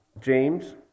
James